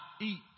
eat